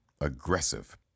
aggressive